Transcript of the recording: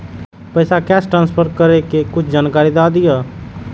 पैसा cash transfer करऐ कि कुछ जानकारी द दिअ